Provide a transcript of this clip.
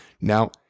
Now